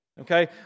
okay